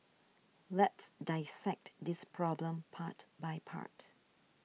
let's dissect this problem part by part